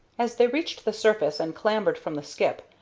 as they reached the surface and clambered from the skip,